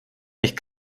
nicht